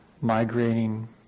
migrating